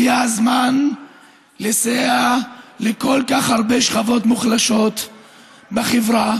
הגיע הזמן לסייע לכל כך הרבה שכבות מוחלשות בחברה,